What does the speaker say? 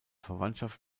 verwandtschaft